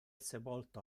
sepolto